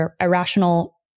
Irrational